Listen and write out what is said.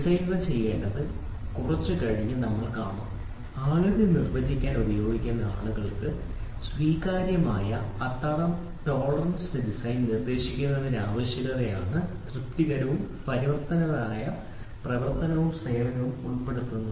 designer ചെയ്യേണ്ടത് കുറച്ച് കഴിഞ്ഞ് നമ്മൾ കാണും ആകൃതി നിർവചിക്കാൻ ഉപയോഗിക്കുന്ന അളവുകൾക്ക് സ്വീകാര്യമായ അത്തരം ടോളറൻസ് പരിധി ഡിസൈനർ നിർദ്ദേശിക്കേണ്ടതിന്റെ ആവശ്യകതയാണ് തൃപ്തികരമായ പ്രവർത്തനവും സേവനവും ഉറപ്പാക്കുന്നത്